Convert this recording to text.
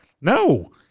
No